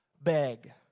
beg